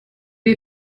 you